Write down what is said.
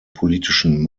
politischen